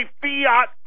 fiat